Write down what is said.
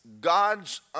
God's